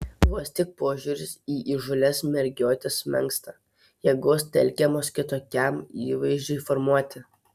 vos tik požiūris į įžūlias mergiotes menksta jėgos telkiamos kitokiam įvaizdžiui formuoti